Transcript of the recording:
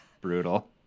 Brutal